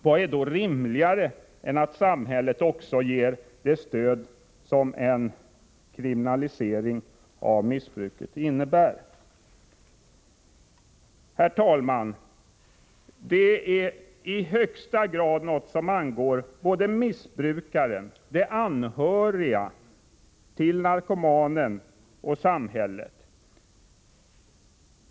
Vad är då rimligare än att samhället också ger det stöd som en kriminalisering av missbruket innebär. Herr talman! Detta är i högsta grad något som angår både missbrukaren, de anhöriga och samhället.